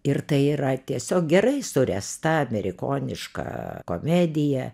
ir tai yra tiesiog gerai suręsta amerikoniška komedija